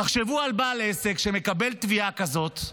תחשבו על בעל עסק שמקבל תביעה כזאת,